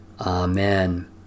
Amen